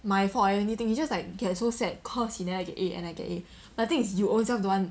my fault or anything it's just like okay so sad cause you never get A and I get A but the thing is you ownself don't want